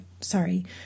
sorry